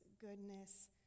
goodness